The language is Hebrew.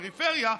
פריפריה,